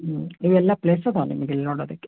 ಹ್ಞೂ ಇವೆಲ್ಲ ಪ್ಲೇಸ್ ಅದ ನಿಮ್ಗೆ ಇಲ್ಲಿ ನೋಡೋದಕ್ಕೆ